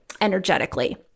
energetically